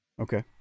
Okay